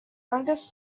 youngest